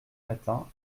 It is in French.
matin